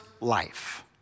life